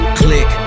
click